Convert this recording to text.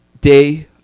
day